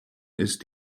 ist